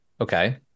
okay